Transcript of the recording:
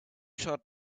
short